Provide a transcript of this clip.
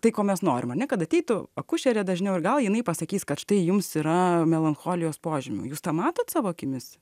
tai ko mes norim kad ateitų akušerė dažniau ir gal jinai pasakys kad štai jums yra melancholijos požymių jūs tą matot savo akimis